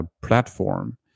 platform